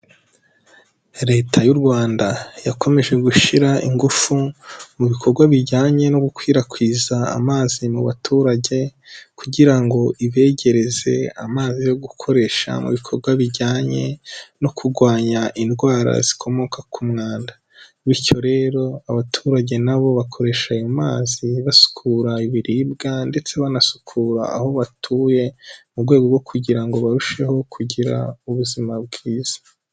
Leta y'u Rwanda yakomeje gushyira ingufu mu bikorwa bijyanye no gukwirakwiza amazi mu baturage kugira ngo ibegereze amazi yo gukoresha mu bikorwa bijyanye no kurwanya indwara zikomoka ku mwanda. Bityo rero abaturage na bo bakoresha ayo mazi banasukura ibiribwa ndetse banasukura aho batuye mu rwego rwo kugira ngo barusheho kugira ubuzima bwiza.